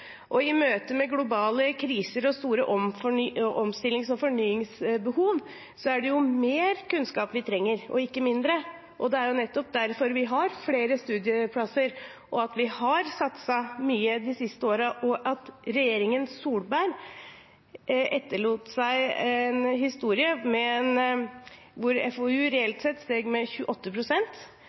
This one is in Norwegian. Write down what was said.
I møte med globale kriser og store omstillings- og fornyingsbehov er det mer kunnskap vi trenger – ikke mindre. Det er nettopp derfor vi har flere studieplasser, og at vi har satset mye de siste årene, og at regjeringen Solberg etterlot seg en historie hvor FoU reelt sett steg med